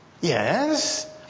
Yes